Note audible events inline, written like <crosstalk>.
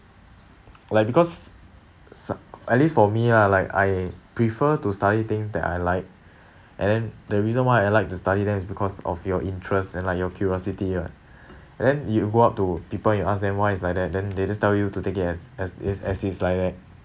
<noise> like because suck at least for me ah like I prefer to study thing that I like <breath> and then the reason why I like to study there is because of your interest and like your curiosity uh <breath> and then you go up to people you ask them why is like that then they just tell you to take it as as is as is like that